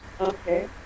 Okay